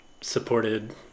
supported